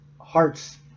hearts